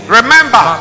Remember